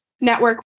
network